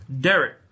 Derek